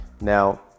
Now